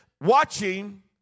watching